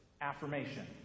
affirmation